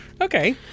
Okay